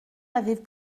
avait